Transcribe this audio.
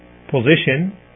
position